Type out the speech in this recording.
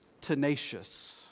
tenacious